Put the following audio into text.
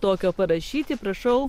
tokio parašyti prašau